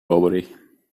robbery